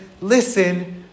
listen